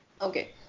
Okay